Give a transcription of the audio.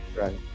Right